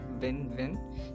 win-win